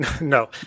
No